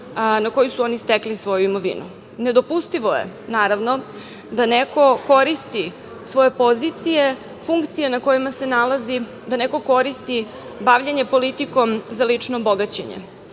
na koji su oni stekli svoju imovinu. Nedopustivo je, naravno, da neko koristi svoje pozicije, funkcije na kojima se nalazi, da neko koristi bavljenje politikom za lično bogaćenje.